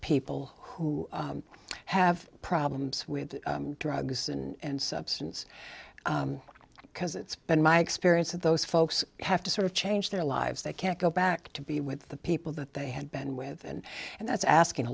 people who have problems with drugs and substance because it's been my experience that those folks have to sort of change their lives they can't go back to be with the people that they had been with and and that's asking a